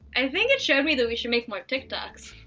and think it showed me that we should make more tiktoks.